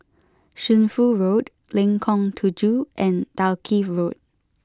Shunfu Road Lengkong Tujuh and Dalkeith Road